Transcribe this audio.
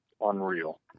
unreal